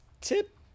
tip